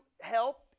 help